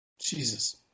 Jesus